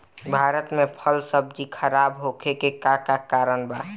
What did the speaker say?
भारत में फल सब्जी खराब होखे के का कारण बा?